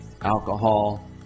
alcohol